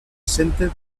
centre